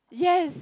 yes